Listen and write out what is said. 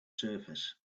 surface